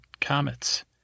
comets